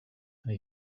and